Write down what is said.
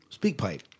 SpeakPipe